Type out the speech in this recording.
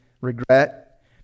regret